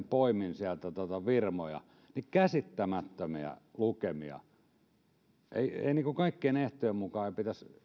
poimin sieltä firmoja käsittämättömiä lukemia kaikkien ehtojen mukaan ei pitäisi